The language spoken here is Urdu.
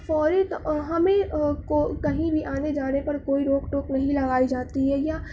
فوری ہمیں کو کہیں بھی آنے جانے پر کوئی روک ٹوک نہیں لگائی جاتی ہے یا